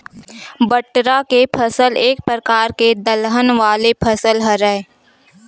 बटरा के फसल एक परकार के दलहन वाले फसल हरय